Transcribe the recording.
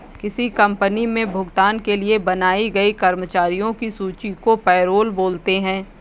किसी कंपनी मे भुगतान के लिए बनाई गई कर्मचारियों की सूची को पैरोल बोलते हैं